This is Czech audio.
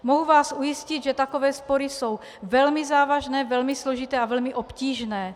Mohu vás ujistit, že takové spory jsou velmi závažné, velmi složité a velmi obtížné.